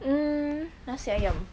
mm nasi ayam